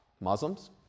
Muslims